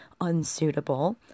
unsuitable